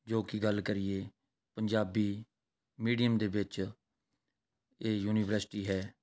ਜੋ ਕਿ ਗੱਲ ਕਰੀਏ ਪੰਜਾਬੀ ਮੀਡੀਅਮ ਦੇ ਵਿੱਚ ਇਹ ਯੂਨੀਵਰਸਟੀ ਹੈ